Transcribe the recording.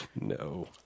No